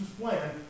plan